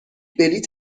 بلیط